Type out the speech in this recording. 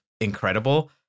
incredible